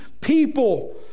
people